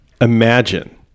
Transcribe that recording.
imagine